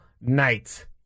night